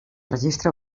registre